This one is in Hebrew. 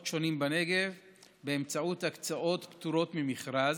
שונים בנגב באמצעות הקצאות פטורות ממכרז,